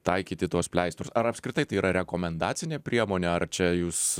taikyti tuos pleistrus ar apskritai tai yra rekomendacinė priemonė ar čia jūs